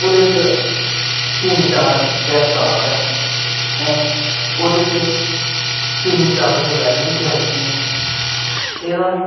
ओह्दे च तिन्न चार गै स्टाफ ऐ हैं ओह्दे च तिन्न चार गै बैड्ड दी कैपेसिटी ऐ एह्दा